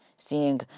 Seeing